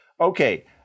Okay